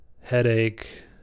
headache